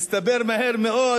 מסתבר מהר מאוד